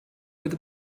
with